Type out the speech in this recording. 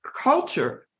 culture